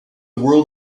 world